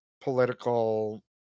political